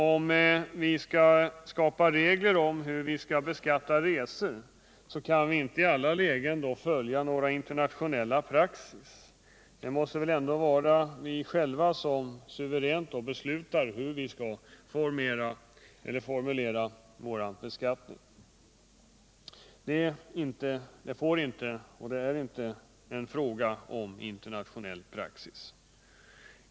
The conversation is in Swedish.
Om vi skall skapa regler för hur vi skall beskatta resor kan vi inte i alla lägen följa internationell praxis. Det måste väl ändå vara vi själva som suveränt beslutar om hur vi skall formulera vår beskattning. Det får inte vara och är inte heller en fråga om internationell praxis.